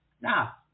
Now